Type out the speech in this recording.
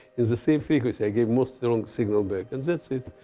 is the same frequency, i gave most the wrong signal back, and that's it.